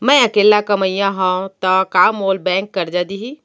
मैं अकेल्ला कमईया हव त का मोल बैंक करजा दिही?